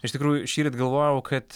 iš tikrųjų šįryt galvojau kad